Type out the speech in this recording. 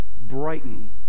brighten